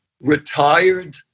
retired